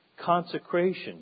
consecration